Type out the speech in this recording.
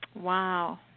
Wow